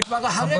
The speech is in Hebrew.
זה כבר אחרי הגט.